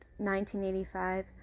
1985